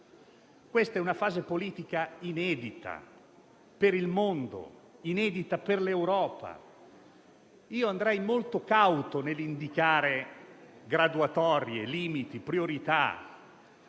questa è una fase politica inedita per il mondo e per l'Europa. Sarei molto cauto nell'indicare graduatorie, limiti, priorità